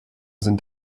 sind